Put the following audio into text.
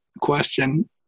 question